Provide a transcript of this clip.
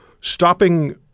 stopping